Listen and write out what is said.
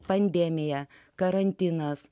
pandemija karantinas